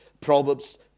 Proverbs